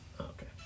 okay